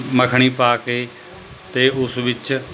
ਮੱਖਣੀ ਪਾ ਕੇ ਅਤੇ ਉਸ ਵਿੱਚ